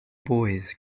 boys